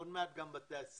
עוד מעט גם בתעשייה,